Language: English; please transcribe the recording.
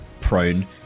prone